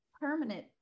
permanent